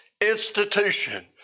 institution